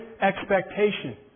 expectation